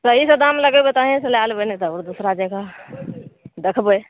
सही सँ दाम लगेबै तऽ अहीॅं सँ लए लेबै नहि तऽ दोसरा जगह देखबै